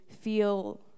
feel